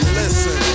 listen